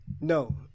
No